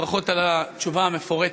ברכות על התשובה המפורטת.